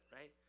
right